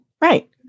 Right